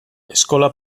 eskola